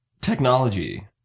technology